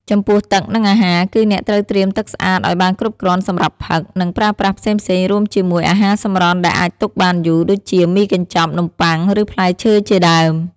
ចំពោះ ទឹក និងអាហារ គឺអ្នកត្រូវត្រៀមទឹកស្អាតឲ្យបានគ្រប់គ្រាន់សម្រាប់ផឹក និងប្រើប្រាស់ផ្សេងៗ រួមជាមួយ អាហារសម្រន់ដែលអាចទុកបានយូរ ដូចជាមីកញ្ចប់ នំប៉័ង ឬផ្លែឈើជាដើម។